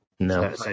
No